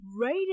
right